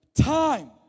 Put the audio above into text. time